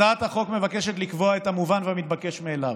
הצעת החוק מבקשת לקבוע את המובן והמתבקש מאליו,